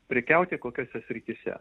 prekiauti kokiose srityse